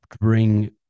bring